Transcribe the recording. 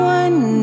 one